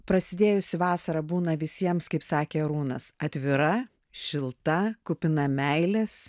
prasidėjusi vasara būna visiems kaip sakė arūnas atvira šilta kupina meilės